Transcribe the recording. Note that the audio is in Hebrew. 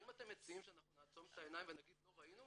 האם אתם מציעים שאנחנו נעצום את העיניים ונגיד "לא ראינו"?